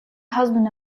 husband